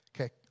Okay